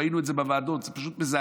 ראינו את זה בוועדות, זה פשוט מזעזע.